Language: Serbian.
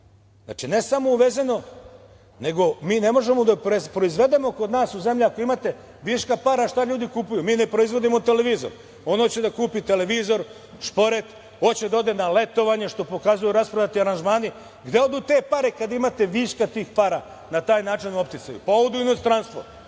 Znači, ne samo uvezeno, nego mi ne možemo da proizvedemo kod nas u zemlji ako imate viška para, šta ljudi kupuju? Mi ne proizvodimo televizor. On hoće da kupi televizor, šporet, hoće da ode na letovanje, što pokazuju rasprodati aranžmani. Gde odu te pare kad imate viška tih para na taj način u opticaju? Pa, odu u inostranstvo.